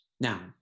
Now